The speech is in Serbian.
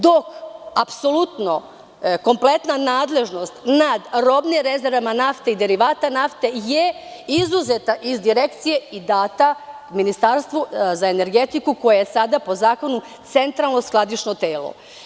Do apsolutno kompletno nadležnost nad robnim rezervama nafte i derivata nafte je izuzeta iz Direkcije i data Ministarstvu za energetiku koja je sada po zakonu centralno skladišno telo.